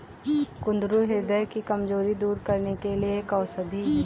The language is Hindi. कुंदरू ह्रदय की कमजोरी दूर करने के लिए एक औषधि है